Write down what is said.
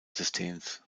systems